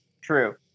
True